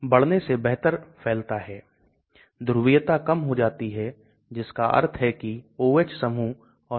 इसको सोडियम लवण की वजह से अच्छी जलीय घुलनशीलता प्राप्त हुई है